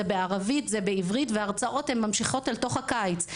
זה בערבית, בעברית וההרצאות ממשיכות אל תוך הקיץ.